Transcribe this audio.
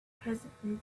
presently